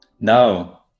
No